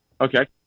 okay